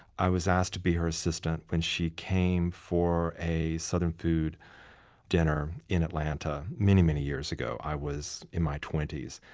i was asked to be her assistant when she came for a southern food dinner in atlanta many many years ago, i was in my twenty s,